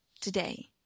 today